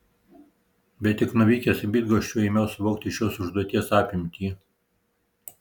bet tik nuvykęs į bydgoščių ėmiau suvokti šios užduoties apimtį